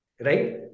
right